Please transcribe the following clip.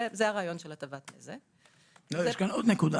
ויש עוד נקודה